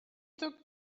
took